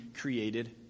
created